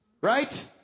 right